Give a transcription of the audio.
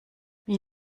wie